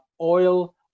oil